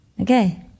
Okay